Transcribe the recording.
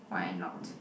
why not